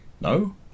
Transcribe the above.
No